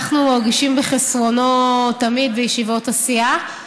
אנחנו מרגישים בחסרונו תמיד בישיבות הסיעה,